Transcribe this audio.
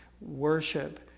Worship